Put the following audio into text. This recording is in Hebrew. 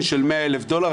של 100,000 דולר,